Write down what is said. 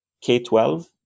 k-12